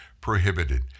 prohibited